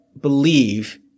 believe